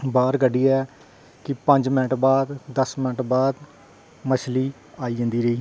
बाहर कड्ढियै पंज मिंट बाद दस्स मिंट बाद मछ्ळी आई जंदी रेही